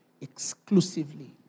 exclusively